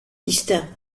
distincts